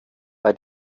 bei